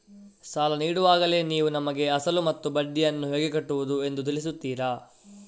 ಸಾಲ ನೀಡುವಾಗಲೇ ನೀವು ನಮಗೆ ಅಸಲು ಮತ್ತು ಬಡ್ಡಿಯನ್ನು ಹೇಗೆ ಕಟ್ಟುವುದು ಎಂದು ತಿಳಿಸುತ್ತೀರಾ?